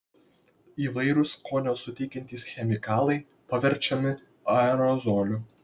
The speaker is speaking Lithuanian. įvairūs skonio suteikiantys chemikalai paverčiami aerozoliu